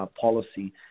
policy